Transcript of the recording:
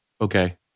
okay